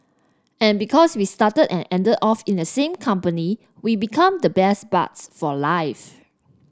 and because we started and ended off in the same company we become the best buds for life